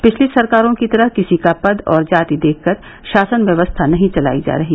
पिछली सरकारों की तरह किसी का पद और जाति देखकर शासन व्यवस्था नहीं चलाई जा रही